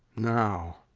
now,